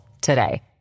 today